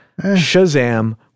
Shazam